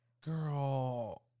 Girl